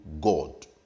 God